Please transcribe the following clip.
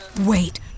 Wait